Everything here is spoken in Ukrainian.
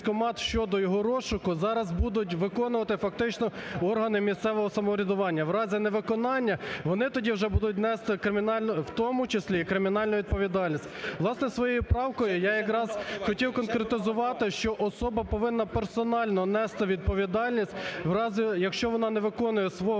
Власне, своєю правкою я якраз хотів конкретизувати, що особа повинна персонально нести відповідальність. В разі, якщо вона не виконує свого конституційного